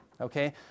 Okay